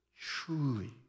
truly